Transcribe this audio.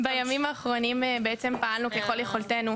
בימים האחרונים בעצם פעלנו ככל יכולתנו,